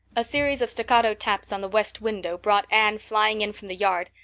a series of staccato taps on the west window brought anne flying in from the yard,